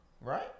Right